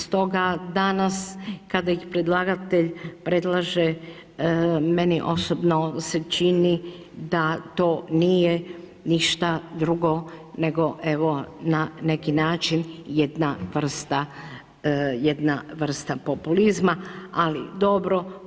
Stoga danas kada ih predlagatelj predlaže, meni osobno se čini da to nije ništa drugo nego evo, na neki način jedna vrsta populizma, ali dobro.